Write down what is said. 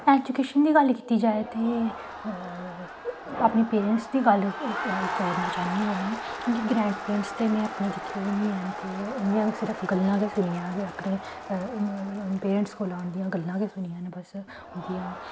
education दी गल्ल कीती जाए ते अपने पेरैंटस दी गल्ल करना चाह्नियां में क्योंकि ग्रैंड पेरैंटस ते में अपने दिक्खे दे निं हैन ते उं'दियां सिर्फ गल्लां गै सुनियां न अपने पेरैंटस कोलां उं'दियां गल्लां गै सुनियां न बस उं'दियां